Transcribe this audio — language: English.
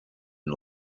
and